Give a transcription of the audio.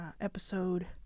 episode